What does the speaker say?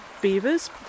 beavers